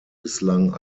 bislang